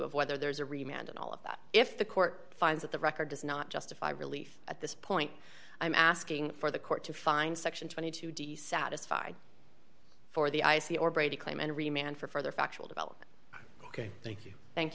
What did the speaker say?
of whether there's a remind all of that if the court finds that the record does not justify relief at this point i'm asking for the court to find section twenty two d satisfy for the i c or brady claim and remain for further factual development ok thank you thank